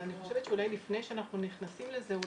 אבל אני חושבת שלפני שאנחנו נכנסים לזה,